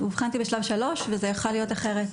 זה יכול היה להיגמר אחרת,